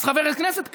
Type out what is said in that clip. אז חבר הכנסת קרעי,